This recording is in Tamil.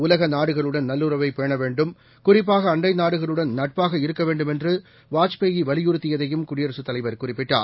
உலக நாடுகளுடன் நல்லுறவை பேண வேண்டும் குறிப்பாக அண்டை நாடுகளுடன் நட்பாக இருக்க வேண்டுமென்று வாஜ்பாய் வலியுறுத்தியதையும் குடியரசு தலைவர் குறிப்பிட்டார்